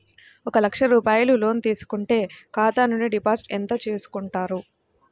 ఒక లక్ష రూపాయలు లోన్ తీసుకుంటే ఖాతా నుండి డిపాజిట్ ఎంత చేసుకుంటారు?